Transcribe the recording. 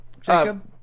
Jacob